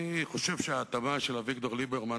אני חושב שההתאמה של אביגדור ליברמן,